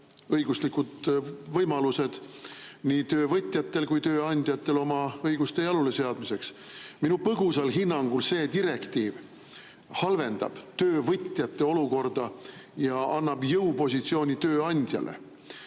õiguslikud võimalused nii töövõtjatel kui tööandjatel oma õiguste jaluleseadmiseks. Minu põgusal hinnangul see direktiiv halvendab töövõtjate olukorda ja annab jõupositsiooni tööandjale.